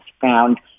found